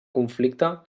conflicte